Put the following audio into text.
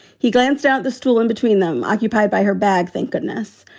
he glanced out the stool in between them, occupied by her bag. thank goodness.